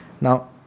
now